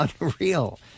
unreal